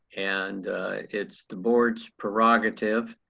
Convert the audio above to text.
and it's the board's prerogative,